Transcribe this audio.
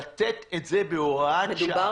לתת את זה בהוראת שעה --- אבל מדובר